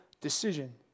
decision